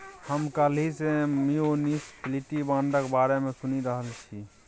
हम काल्हि सँ म्युनिसप्लिटी बांडक बारे मे सुनि रहल छी